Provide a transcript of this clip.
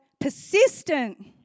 persistent